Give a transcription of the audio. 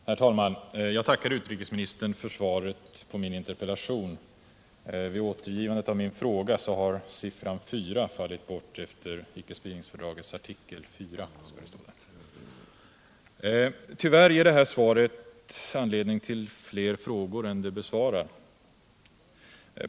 Herr talman! Jag tackar utrikesministern för svaret på min interpellation. Tyvärr ger svaret anledning till fler frågor än det besvarar.